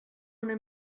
una